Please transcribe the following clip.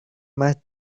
más